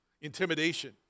intimidation